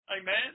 Amen